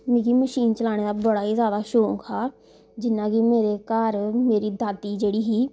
मिगी मशीन चलाने दा बड़ा जियां की मेरे घर मेरी दादी जेह्ड़ी ही